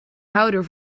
houder